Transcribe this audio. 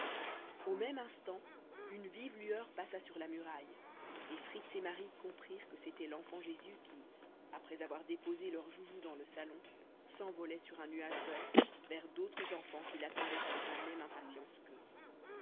au même instant une vive lueur passa sur la muraille et fritz et marie comprirent que c'était l'enfant jésus qui après avoir déposé leurs joujoux dans le salon s'envolait sur un nuage d'or vers d'autres enfants qui l'attendaient avec la même impatience qu'eux